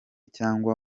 cyangwa